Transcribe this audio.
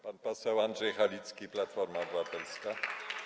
Pan poseł Andrzej Halicki, Platforma Obywatelska.